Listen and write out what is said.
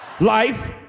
life